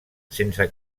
sense